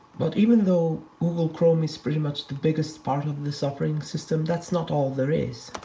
but even though google chrome is pretty much the biggest part of this operating system, that's not all there is.